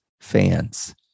fans